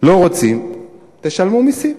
לא רוצים, תשלמו מסים.